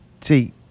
See